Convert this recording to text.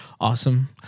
awesome